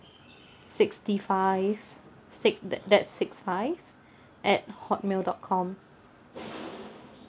sixty five six that that's six five at hotmail dot com